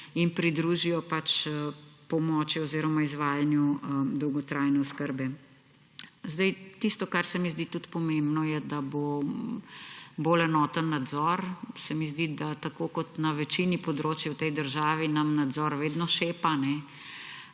in pridružijo pomoči oziroma izvajanju dolgotrajne oskrbe. Tisto, kar se mi zdi tudi pomembno, je, da bo bolj enoten nadzor. Se mi zdi, da nam tako kot na večini področij v tej državi nadzor vedno šepa.